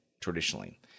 traditionally